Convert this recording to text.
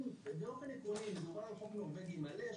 באופן עקרוני מדובר על חוק נורבגי מלא,